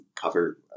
cover